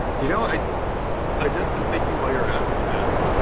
you know, i i just am thinking while you're asking this,